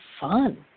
fun